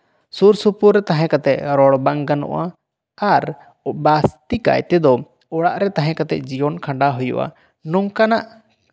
ᱥᱩᱨᱥᱩᱯᱩᱨ ᱛᱟᱦᱮᱸᱠᱟᱛᱮ ᱨᱚᱲ ᱵᱟᱝ ᱜᱟᱱᱚᱜᱼᱟ ᱟᱨ ᱡᱟᱹᱥᱛᱤ ᱠᱟᱭᱛᱮᱫᱚ ᱚᱲᱟᱜ ᱨᱮ ᱛᱟᱦᱮᱸᱠᱟᱛᱮ ᱡᱤᱭᱚᱱ ᱠᱷᱟᱸᱰᱟᱣ ᱦᱩᱭᱩᱜᱼᱟ ᱱᱚᱝᱠᱟᱱᱟᱜ